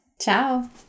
Ciao